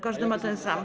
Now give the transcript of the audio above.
Każdy ma ten sam.